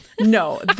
no